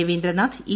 Ravindranath E